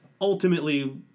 ultimately